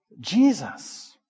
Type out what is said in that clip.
jesus